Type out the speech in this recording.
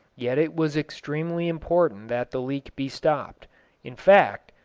yet it was extremely important that the leak be stopped in fact,